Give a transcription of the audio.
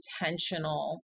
intentional